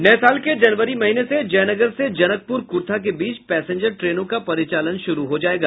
नये साल के जनवरी महीने से जयनगर से जनकपुर कुर्था के बीच पैसेंजर ट्रेनों का परिचालन शुरू हो जायेगा